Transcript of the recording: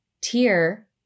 tier